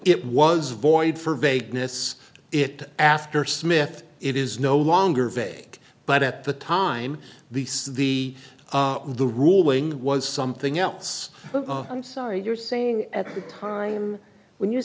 it was void for vagueness it after smith it is no longer vague but at the time the so the the ruling was something else i'm sorry you're saying at the time when you